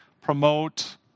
promote